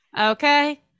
okay